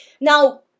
Now